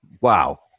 Wow